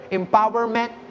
empowerment